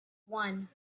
one